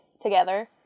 together